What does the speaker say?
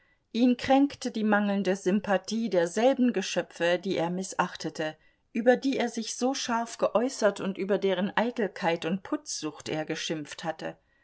ihn kränkte die mangelnde sympathie derselben geschöpfe die er mißachtete über die er sich so scharf geäußert und über deren eitelkeit und putzsucht er geschimpft hatte